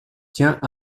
tient